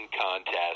contest